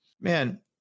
man